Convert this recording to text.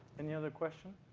any other questions?